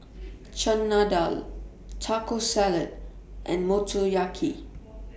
Chana Dal Taco Salad and Motoyaki